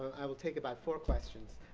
i will take about four questions?